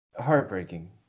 Heartbreaking